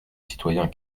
citoyen